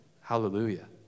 Hallelujah